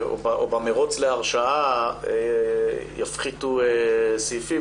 או במרוץ להרשעה יפחיתו סעיפים.